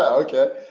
ah okay?